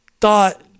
thought